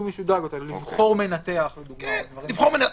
לבחור מנתח, למשל.